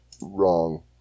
wrong